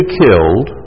killed